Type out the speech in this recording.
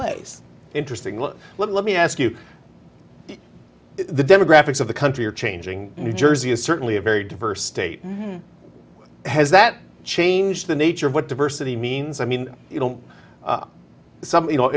ways interesting well let me ask you the demographics of the country are changing and new jersey is certainly a very diverse state has that changed the nature of what diversity means i mean you don't some you know